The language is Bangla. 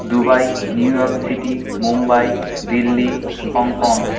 Dubai New York City Mumbai Delhi Hong Kong